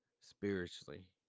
spiritually